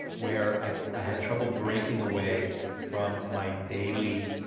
where i i had trouble breaking away from my daily